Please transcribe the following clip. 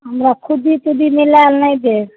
हमरा खुद्दी तुद्दी मिलाएल नहि देब